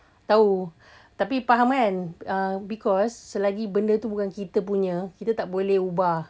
tahu tapi faham kan because selagi benda tu kita punya kita tak boleh ubah